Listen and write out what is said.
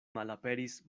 malaperis